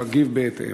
להגיב בהתאם.